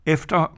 Efter